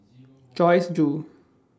Joyce Jue